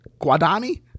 Guadani